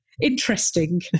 interesting